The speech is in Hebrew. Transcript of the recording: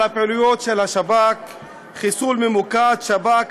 הפעילויות של השב"כ: "חיסול ממוקד: השב"כ,